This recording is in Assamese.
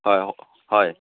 হয় হয়